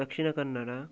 Dakshina Kannada